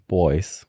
boys